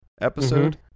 episode